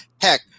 heck